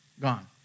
gone